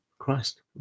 Christ